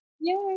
yay